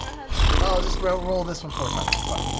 ah i'll just roll roll this one four times, it's fine.